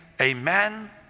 amen